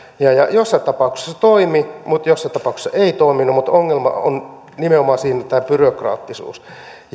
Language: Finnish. joissain tapauksissa se toimi mutta joissain tapauksissa ei toiminut ongelma siinä on nimenomaan tämä byrokraattisuus